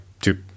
two